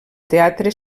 teatre